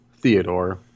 Theodore